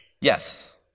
Yes